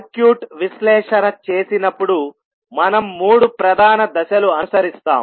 circuit విశ్లేషణ చేసినప్పుడు మనం మూడు ప్రధాన దశలు అనుసరిస్తాం